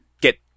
get